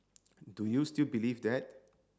do you still believe that